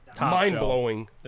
mind-blowing